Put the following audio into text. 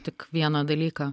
tik vieną dalyką